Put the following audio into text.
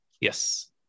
Yes